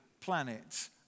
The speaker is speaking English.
planet